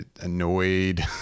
annoyed